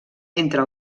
entre